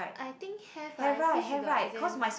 I think have ah I see she got exam